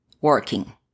working